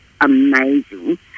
amazing